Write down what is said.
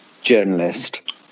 journalist